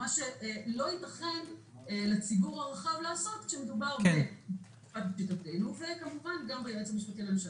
מה שלא ייתכן לציבור הרחב לעשות כשמדובר ביועץ המשפטי לממשלה.